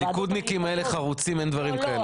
הליכודניקים האלה חרוצים, אין דברים כאלה.